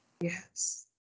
Yes